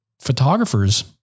photographers